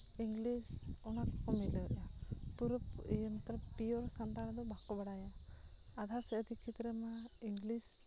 English ᱚᱱᱟ ᱠᱚᱠᱚ ᱢᱤᱞᱟᱹᱣᱮᱫᱼᱟ ᱢᱚᱛᱞᱚᱵ ᱯᱤᱭᱳᱨ ᱥᱟᱱᱛᱟᱲ ᱫᱚ ᱵᱟᱠᱚ ᱵᱟᱲᱟᱭᱟ ᱟᱫᱷᱟ ᱥᱮ ᱟᱹᱰᱤ ᱠᱷᱮᱛᱨᱚ ᱢᱟ ᱤᱝᱞᱤᱥ